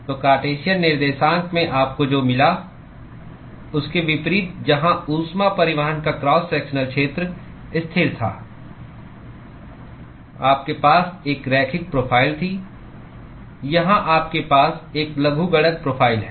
तो कार्टेशियन निर्देशांक में आपको जो मिला उसके विपरीत जहां ऊष्मा परिवहन का क्रॉस सेक्शनल क्षेत्र स्थिर था आपके पास एक रैखिक प्रोफ़ाइल थी यहां आपके पास एक लघुगणक प्रोफ़ाइल है